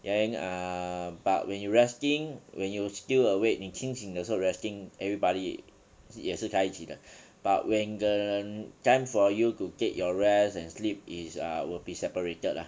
then err but when you resting when you still awake 你清醒的时候 resting everybody 也是在一起的 but when the time for you to get your rest and sleep is err will be separated lah